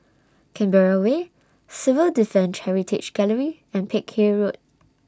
Canberra Way Civil Defence Heritage Gallery and Peck Hay Road